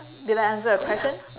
did I answer your question